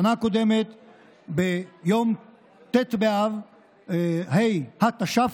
בשנה הקודמת, ביום ט' באב התש"ף,